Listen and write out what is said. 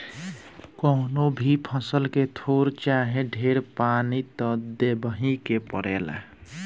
कवनो भी फसल के थोर चाहे ढेर पानी त देबही के पड़ेला